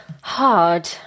Hard